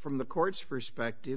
from the court's respective